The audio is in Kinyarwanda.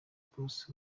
post